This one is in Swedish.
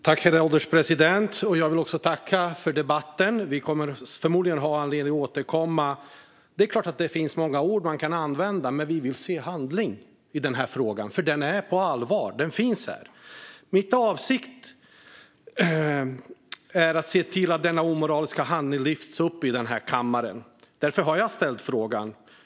Herr ålderspresident! Jag vill tacka för debatten. Vi kommer förmodligen att ha anledning att återkomma. Det är klart att det finns många ord som man kan använda. Men vi vill se handling i denna fråga. Den är på allvar, och den finns här. Min avsikt är att se till att denna omoraliska handling lyfts fram i denna kammare. Därför har jag ställt denna fråga.